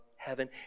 heaven